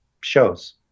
shows